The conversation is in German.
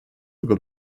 über